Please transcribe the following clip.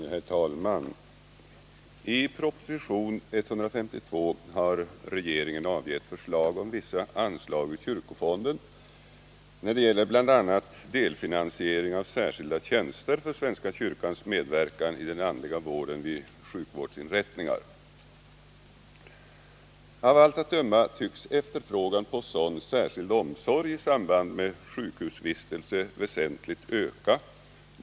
Herr talman! I proposition 152 har regeringen avgett förslag om vissa anslag ur kyrkofonden. Det gäller bl.a. delfinansiering av särskilda tjänster 207 Avaallt att döma tycks efterfrågan på sådan särskild omsorg i samband med sjukhusvistelse väsentligt öka.